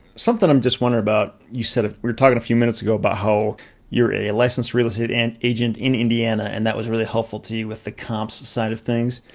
something i'm just wondering about, you said, we were talking a few minutes ago about how you're a licensed real estate and agent in indiana and that was really helpful to you with the comps side of things?